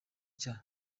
cya